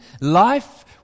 Life